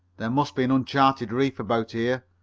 there must be an uncharted reef about here,